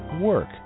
work